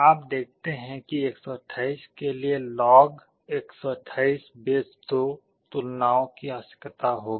आप देखते हैं कि 128 के लिए log2 128 तुलनाओं की आवश्यकता होगी